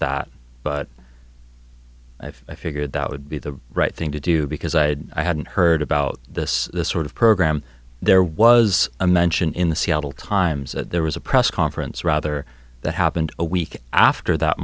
that but i figured that would be the right thing to do because i had i hadn't heard about this sort of program there was a mention in the seattle times that there was a press conference rather that happened a week after that